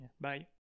Bye